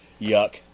Yuck